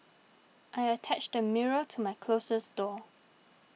I attached a mirror to my closet door